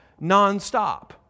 nonstop